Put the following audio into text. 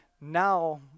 now